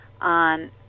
on